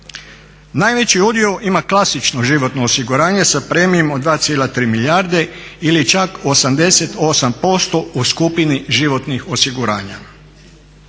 Najveći udio ima klasično životno osiguranje sa premijom od 2,3 milijarde ili čak 88% u skupini životnih osiguranja.